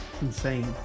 Insane